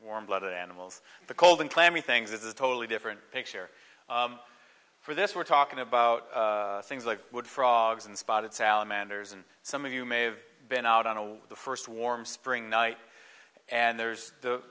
warm blooded animals the cold and clammy things is a totally different picture for this we're talking about things like wood frogs and spotted salamanders and some of you may have been out on the first warm spring night and there's the